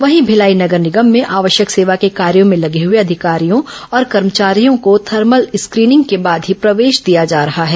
वहीं भिलाई नगर निगम में आवश्यक सेवा के कार्यो में लगे हुए अधिकारियों और कर्मचारियों को थर्मल स्क्रीनिग के बाद ही प्रवेश दिया जा रहा है